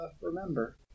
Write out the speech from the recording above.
remember